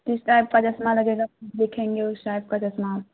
جس ٹائپ کا چشمہ لگے گا دیکھیں گے اس ٹائپ کا چشمہ